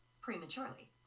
prematurely